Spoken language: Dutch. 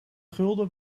gulden